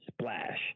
Splash